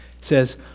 says